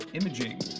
Imaging